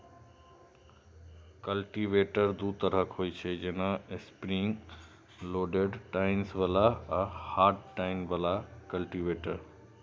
cultivator दू तरहक होइ छै, जेना स्प्रिंग लोडेड टाइन्स बला आ हार्ड टाइन बला कल्टीवेटर